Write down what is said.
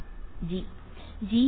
വിദ്യാർത്ഥി ജി